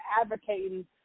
advocating